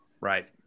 Right